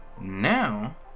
Now